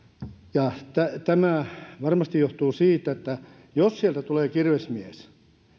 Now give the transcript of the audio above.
ja tämä varmasti johtuu siitä että jos sieltä tulee kirvesmies